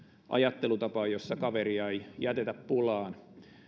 ajattelutapaan jossa kaveria ei jätetä pulaan